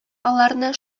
аларны